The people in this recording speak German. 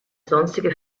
sonstige